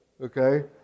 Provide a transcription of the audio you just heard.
okay